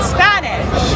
Spanish